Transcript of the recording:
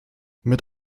mit